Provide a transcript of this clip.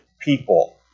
people